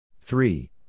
Three